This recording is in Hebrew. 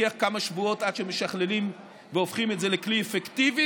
שלוקח כמה שבועות עד שמשכללים והופכים את זה לכלי אפקטיבי,